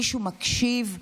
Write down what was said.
מישהו מקשיב?